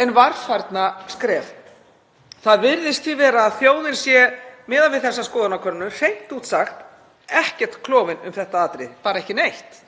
en varfærna skref. Það virðist því vera að þjóðin sé, miðað við þessa skoðanakönnun, hreint út sagt ekkert klofin um þetta atriði, bara ekki neitt